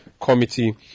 Committee